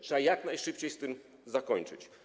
Trzeba jak najszybciej z tym skończyć.